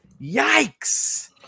yikes